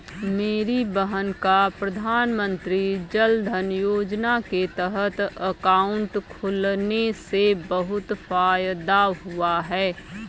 मेरी बहन का प्रधानमंत्री जनधन योजना के तहत अकाउंट खुलने से बहुत फायदा हुआ है